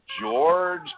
George